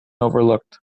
overlooked